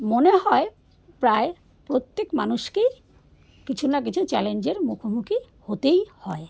মনে হয় প্রায় প্রত্যেক মানুষকেই কিছু না কিছু চ্যালেঞ্জের মুখোমুখি হতেই হয়